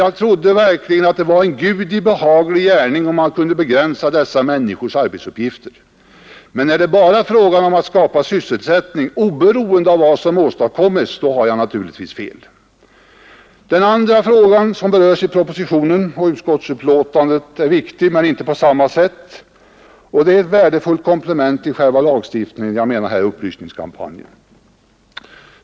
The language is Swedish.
Jag trodde verkligen det var en Gudi behaglig gärning om man kunde begränsa dessa människors arbetsuppgifter. Men är det bara fråga om att skapa sysselsättning oberoende av vad som åstadkommes så har jag naturligtvis fel. Den andra frågan som berörs i propositionen och utskottsbetänkandet är viktig, men inte på samma sätt, och det är ett värdefullt komplement till själva lagstiftningen. Jag menar här upplysningskampanjen.